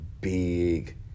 big